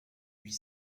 huit